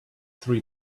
three